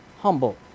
humble